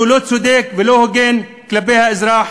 שהוא לא צודק ולא הוגן כלפי האזרח.